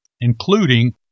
including